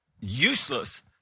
useless